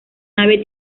nave